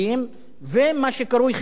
ומה שקרוי חיפוש אקטיבי.